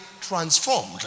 transformed